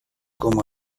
como